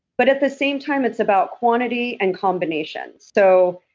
but at the same time it's about quantity and combination. so,